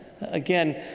Again